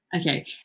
Okay